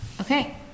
okay